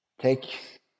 take